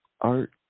Art